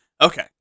Okay